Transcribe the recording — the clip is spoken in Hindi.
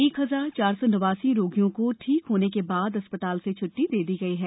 एक हजार चार सौ नवासी रोगियों को ठीक होने के बाद अस्पताल से छ्ट्टी दे दी गई है